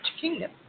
Kingdom